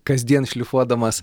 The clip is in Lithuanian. kasdien šlifuodamas